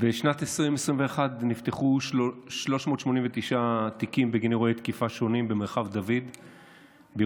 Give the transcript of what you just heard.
בשנת 2021 נפתחו 389 תיקים בגין אירועי תקיפה שונים במרחב דוד בירושלים.